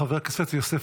חבר הכנסת יוסף